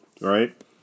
right